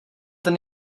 ten